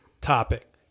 topic